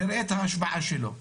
שנראה את ההשפעה שלו.